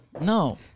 No